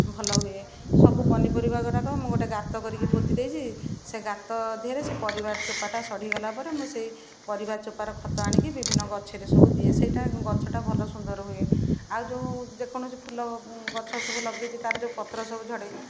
ଭଲ ହୁଏ ସବୁ ପନିପରିବା ଗୁଡ଼ାକ ମୁଁ ଗୋଟେ ଗାତ କରିକି ପୋତି ଦେଇଛି ସେ ଗାତ ଧିଅରେ ସେ ପରିବା ଚୋପାଟା ସଢ଼ିଗଲା ପରେ ମୁଁ ସେହି ପରିବା ଚୋପାର ଖତ ଆଣିକି ବିଭିନ୍ନ ଗଛରେ ସବୁ ଦିଏ ସେଇଟା ଗଛଟା ଭଲ ସୁନ୍ଦର ହୁଏ ଆଉ ଯେଉଁ ଯେକୌଣସି ଫୁଲ ଗଛ ସବୁ ଲଗେଇଛି ତା'ର ଯେଉଁ ପତ୍ର ସବୁ ଝଡ଼େ